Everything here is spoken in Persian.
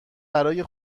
برای